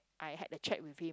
I had a check with him